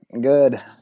Good